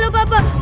so papa.